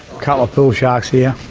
couple of pool sharks here.